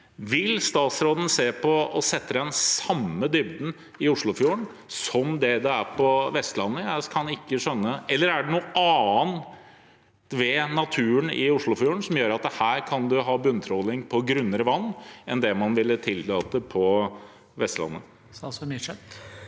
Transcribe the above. Vil statsråden se på å sette den samme dybden i Oslofjorden som det er på Vestlandet? Jeg kan ikke skjønne dette. Er det noe annet ved naturen i Oslofjorden som gjør at man her kan ha bunntråling på grunnere vann enn det man vil tillate på Vestlandet?